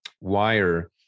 wire